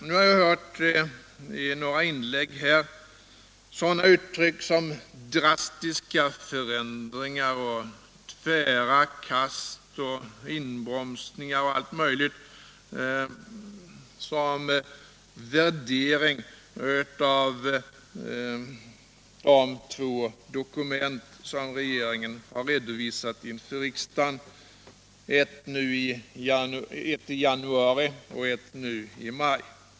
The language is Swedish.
Nu har vi hört i några inlägg sådana uttryck som ”drastiska förändringar”, ”tvära kast” och ”inbromsningar” och allt möjligt som värdering av de två dokument som regeringen har redovisat inför riksdagen, ett i januari och ett nu i maj.